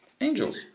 Angels